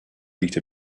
beat